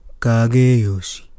Kageyoshi